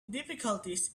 difficulties